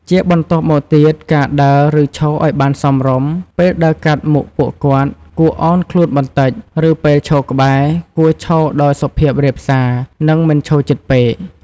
ជាបន្ទាប់មកទៀត ការដើរ ឬឈរឱ្យបានសមរម្យ ពេលដើរកាត់មុខពួកគាត់ គួរអោនខ្លួនបន្តិច ឬពេលឈរក្បែរ គួរឈរដោយសុភាពរាបសារ និងមិនឈរជិតពេក។